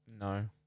No